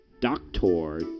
Doctor